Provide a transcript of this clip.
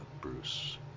Bruce